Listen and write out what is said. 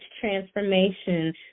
Transformation